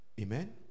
Amen